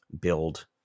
build